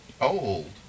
Old